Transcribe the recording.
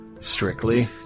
Strictly